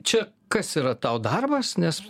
čia kas yra tau darbas nes